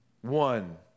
One